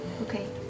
Okay